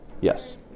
Yes